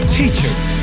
teachers